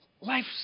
life's